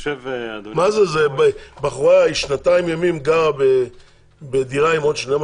מה זה, בחורה שנתיים ימים גרה בדירה עם עוד 12?